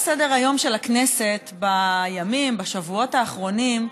סדר-היום של הכנסת בימים ובשבועות האחרונים.